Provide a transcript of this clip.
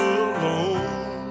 alone